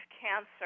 cancer